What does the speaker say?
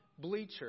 bleacher